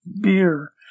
beer